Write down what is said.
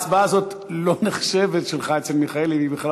הצבעתי אצל מיכאלי כי המסך שלי,